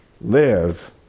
live